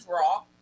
raw